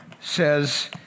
says